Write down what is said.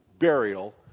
burial